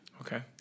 Okay